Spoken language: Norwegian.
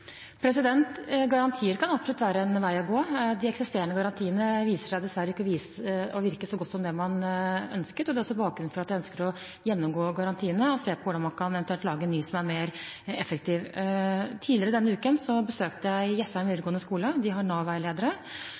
Garantier kan absolutt være en vei å gå. De eksisterende garantiene viser seg dessverre ikke å virke så godt som det man ønsket, og det er også bakgrunnen for at jeg ønsker å gjennomgå garantiene og se på hvordan man eventuelt kan lage en ny som er mer effektiv. Tidligere denne uken besøkte jeg Jessheim videregående skole. De har